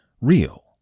real